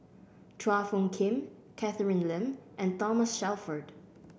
Chua Phung Kim Catherine Lim and Thomas Shelford